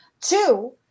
Two